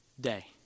day